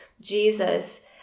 Jesus